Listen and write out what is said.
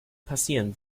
passieren